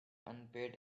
unpaid